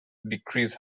decrease